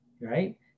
right